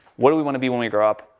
what do we want to be when we grow up?